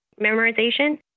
memorization